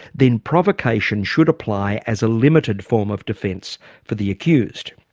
then provocation should apply as a limited form of defence for the accused.